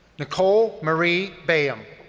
nicole marie bayem.